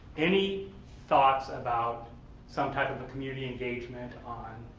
any thoughts about some type of but community engagement on